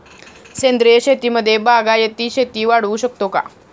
सेंद्रिय शेतीमध्ये बागायती शेती वाढवू शकतो का?